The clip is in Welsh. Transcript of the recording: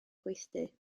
gweithdy